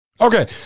Okay